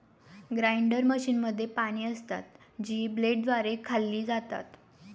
grinder मशीनमध्ये पाने असतात, जी ब्लेडद्वारे खाल्ली जातात